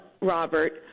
robert